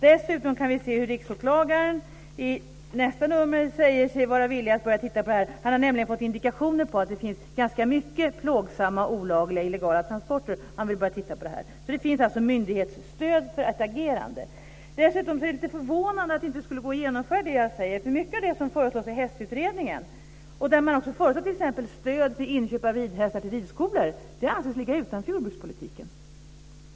Dessutom säger sig riksåklagaren i nästa nummer vara villig att börja titta på det här. Han har nämligen fått indikationer på att det finns ganska mycket plågsamma, olagliga, illegala transporter. Han vill börja titta på det här, så det finns alltså myndighetsstöd för ett agerande. Det är också lite förvånande att det inte skulle gå att genomföra det jag säger. Mycket av det som föreslås i hästutredningen - man föreslår t.ex. stöd till inköp av ridhästar till ridskolor - anses ligga utanför jordbrukspolitiken.